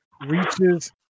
reaches